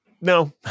No